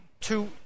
Two